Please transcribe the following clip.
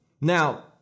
Now